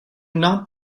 not